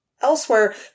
elsewhere